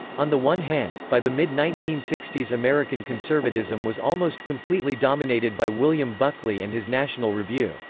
on the one hand, by the mid nineteen sixty s american conservatism was almost completely dominated by william buckley and his national review.